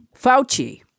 Fauci